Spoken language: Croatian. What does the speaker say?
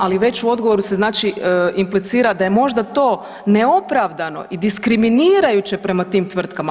Ali već u odgovoru se implicira da je možda to neopravdano i diskriminirajuće prema tim tvrtkama.